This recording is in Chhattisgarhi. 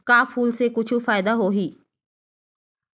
का फूल से कुछु फ़ायदा होही?